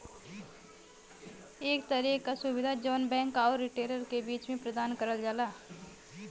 एक तरे क सुविधा जौन बैंक आउर रिटेलर क बीच में प्रदान करल जाला